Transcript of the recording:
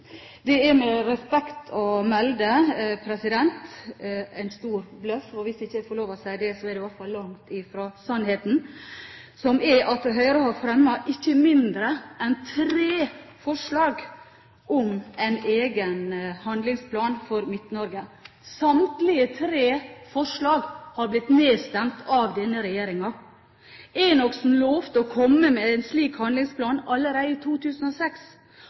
Det er med respekt å melde en stor bløff. Hvis ikke jeg får lov til å si det, er det i hvert fall langt fra sannheten, for Høyre har fremmet ikke mindre enn tre forslag om en egen handlingsplan for Midt-Norge. Samtlige tre forslag har blitt nedstemt av denne regjeringen. Tidligere statsråd Enoksen lovte å komme med en slik handlingsplan allerede i 2006.